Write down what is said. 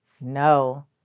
No